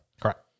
correct